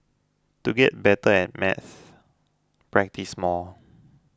to get better at maths practise more